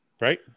right